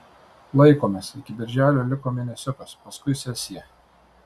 laikomės iki birželio liko mėnesiukas paskui sesija